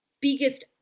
biggest